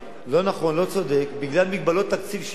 לא נכון, לא צודק, שבגלל מגבלות תקציב שיש